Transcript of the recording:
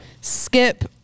skip